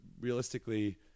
realistically